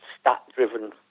stat-driven